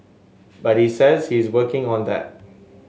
but he says he is working on that